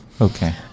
Okay